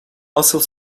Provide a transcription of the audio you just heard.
asıl